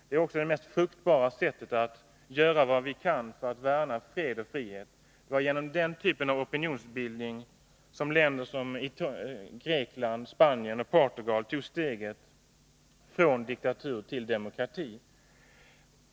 Det är också det mest fruktbara sättet att göra vad vi kan för att värna fred och frihet, och det var genom den typen av opinionsbildning som länder som Grekland, Spanien och Portugal tog steget från diktatur till demokrati.